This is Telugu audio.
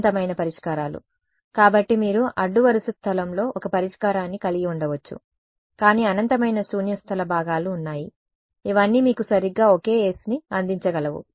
అనంతమైన పరిష్కారాలు కాబట్టి మీరు అడ్డు వరుస స్థలంలో ఒక పరిష్కారాన్ని కలిగి ఉండవచ్చు కానీ అనంతమైన శూన్య స్థల భాగాలు ఉన్నాయి ఇవన్నీ మీకు సరిగ్గా ఒకే s ని అందించగలవు